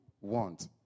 want